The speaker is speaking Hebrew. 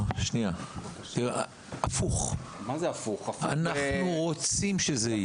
הפוך אנחנו רוצים שזה יהיה.